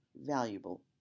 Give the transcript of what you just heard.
valuable